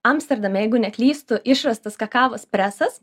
amsterdame jeigu neklystu išrastas kakavos presas